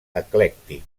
eclèctic